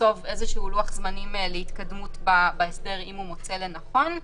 לקצוב לוח זמנים להתקדמות בהסדר אם הוא מוצא לנכון.